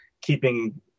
keeping